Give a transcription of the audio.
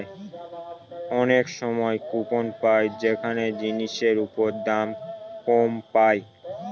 অনেক সময় কুপন পাই যেখানে জিনিসের ওপর দাম কম পায়